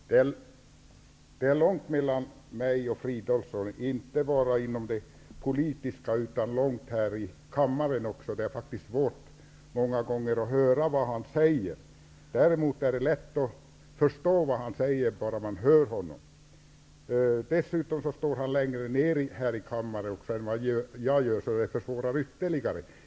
Fru talman! Det är långt mellan mig och Filip Fridolfsson, inte bara i det politiska, utan det är också långt mellan våra platser här i kammaren. Det är många gånger svårt att höra vad han säger. Däremot är det lätt att förstå vad han säger, bara man hör honom. Dessutom står han längre ner i kammaren än vad jag gör, och det försvårar ytterligare.